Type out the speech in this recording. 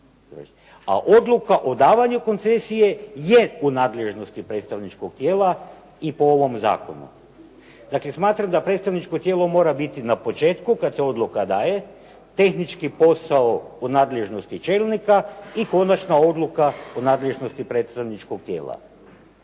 A odluka o davanju koncesije je u nadležnosti predstavničkog tijela i po ovom zakonu. Dakle, smatram da predstavničko tijelo mora biti na početku kad se odluka daje, tehnički posao u nadležnosti čelnika i konačna odluka o nadležnosti predstavničkog tijela.